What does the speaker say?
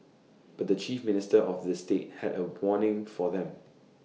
but the chief minister of the state had A warning for them